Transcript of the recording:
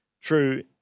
true